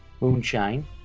moonshine